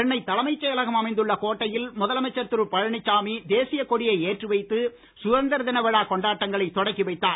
சென்னை தலைமைச் செயலகம் அமைந்துள்ள கோட்டையில் முதலமைச்சர் திரு பழனிச்சாமி தேசியக் கொடியை ஏற்றி வைத்து சுதந்திர தின விழாக் கொண்டாட்டங்களை தொடக்கி வைத்தார்